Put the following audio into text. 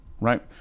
right